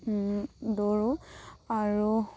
দৌৰো আৰু